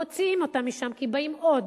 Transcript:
מוציאים אותם משם כי באים עוד,